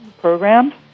Program